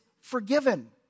forgiven